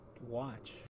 watch